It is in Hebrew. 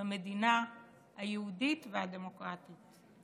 במדינה היהודית והדמוקרטית,